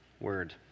word